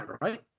right